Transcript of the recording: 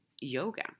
yoga